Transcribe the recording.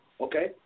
okay